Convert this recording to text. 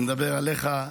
אני מדבר עליך,